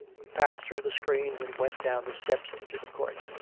he passed through the screens and went down the steps into the court.